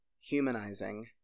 humanizing